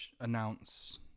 announce